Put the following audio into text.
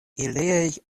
iliaj